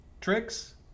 tricks